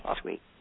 sweet